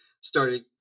started